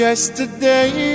Yesterday